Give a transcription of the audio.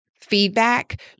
feedback